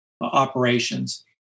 operations